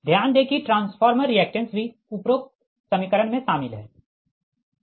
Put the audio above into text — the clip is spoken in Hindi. ध्यान दें कि ट्रांसफार्मर रिएक्टेंस भी उपरोक्त समीकरण में शामिल है